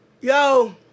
Yo